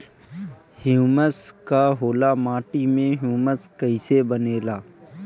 Humus का होला माटी मे ह्यूमस कइसे बनेला?